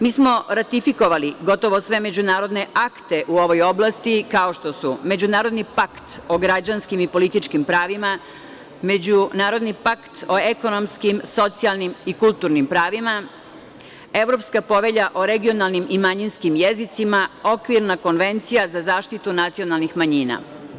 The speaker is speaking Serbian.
Mi smo ratifikovali gotovo sve međunarodne akte u ovoj oblasti, kao što su: Međunarodni pakt o građanskim i političkim pravima, Međunarodni pakt o ekonomskim, socijalnim i kulturnim pravima, Evropska povelja o regionalnim i manjinskim jezicima, Okvirna konvencija za zaštitu nacionalnih manjina.